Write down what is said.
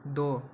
द